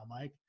Mike